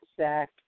Zach